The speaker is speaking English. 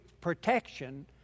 protection